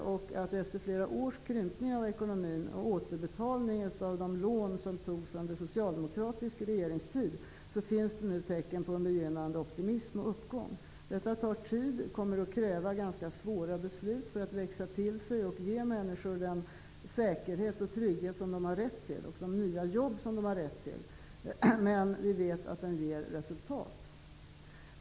Efter flera års krympning av ekonomin och återbetalning av de lån som togs under socialdemokratisk regeringstid finns det nu tecken på en begynnande optimism och uppgång. Det tar dock tid och kommer att kräva ganska svåra beslut för att ekonomin skall växa till sig och ge människor den säkerhet och trygghet som de har rätt till och de nya jobb som de har rätt till, men vi vet att det ger resultat.